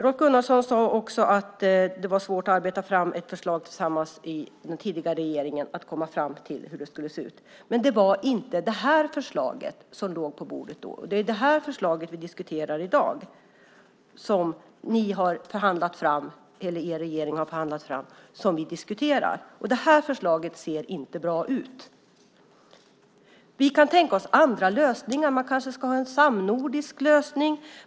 Rolf Gunnarsson sade också att det var svårt för den tidigare regeringen att tillsammans komma fram till hur ett förslag skulle se ut. Men det var inte det här förslaget som låg på bordet då. Det är det förslag som er regering har förhandlat fram som vi diskuterar i dag, och det ser inte bra ut. Vi kan tänka oss andra lösningar. Man kanske ska ha en samnordisk lösning.